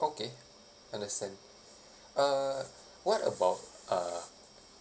okay understand uh what about uh